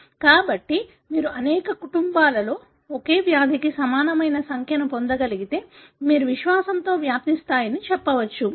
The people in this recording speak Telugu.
కాబట్టి మీరు అనేక కుటుంబాలలో ఒకే వ్యాధికి సమానమైన సంఖ్యను పొందగలిగితే మీరు విశ్వాసంతో వ్యాప్తి స్థాయిని చెప్పవచ్చు